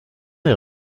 les